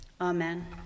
Amen